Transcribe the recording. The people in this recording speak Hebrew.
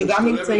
שגם נמצאים כאן,